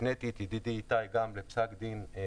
הפניתי את ידידי איתי לפסק הדין של